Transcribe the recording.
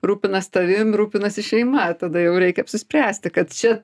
rūpinas tavim rūpinasi šeima tada jau reikia apsispręsti kad čia